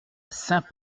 saint